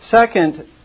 Second